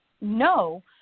No